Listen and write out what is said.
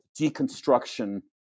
deconstruction